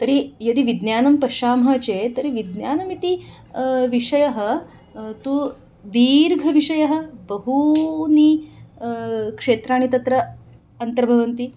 तर्हि यदि विज्ञानं पश्यामः चेत् तर्हि विज्ञानम् इति विषयः तु दीर्घविषयः बहूनि क्षेत्राणि तत्र अन्तर्भवन्ति